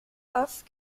offs